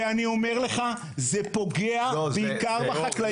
אני אומר לך, זה פוגע בעיקר בחקלאים.